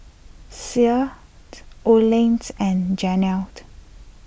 Olen's and Janel